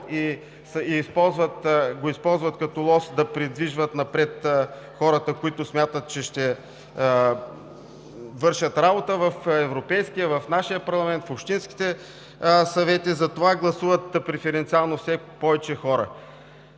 и го използват като лост да придвижват напред хората, които смятат, че ще вършат работа в Европейския, в нашия парламент, в общинските съвети, затова гласуват преференциално все повече хора.